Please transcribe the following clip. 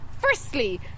Firstly